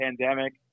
pandemic